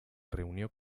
reunió